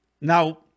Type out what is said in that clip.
Now